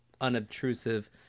unobtrusive